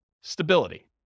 stability